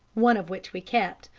one of which we kept,